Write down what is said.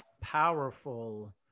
powerful